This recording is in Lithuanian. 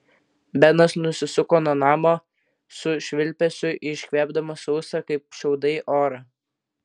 benas nusisuko nuo namo su švilpesiu iškvėpdamas sausą kaip šiaudai orą